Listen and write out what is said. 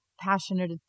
passionate